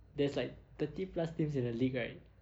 there's like thirty plus teams in the league right